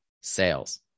sales